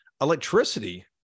electricity